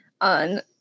on